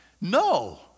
No